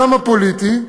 גם הפוליטי,